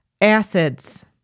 Acids